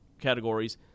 categories